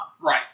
Right